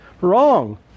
wrong